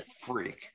freak